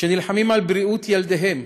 שנלחמים על בריאות ילדיהם,